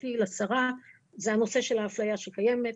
המלצתי לשרה, זה הנושא של האפליה שקיימת.